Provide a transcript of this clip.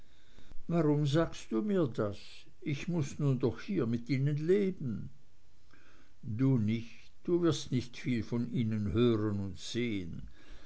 warum sagst du mir das ich muß nun doch hier mit ihnen leben du nicht du wirst nicht viel von ihnen hören und sehen